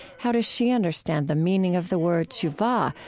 how does she understand the meaning of the word teshuvah,